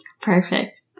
perfect